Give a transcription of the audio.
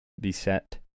beset